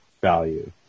value